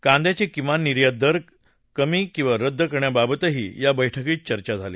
कांद्याचे किमान निर्यात दर कमी किंवा रद्द करण्याबाबतही या बैठकीत चर्चा झाली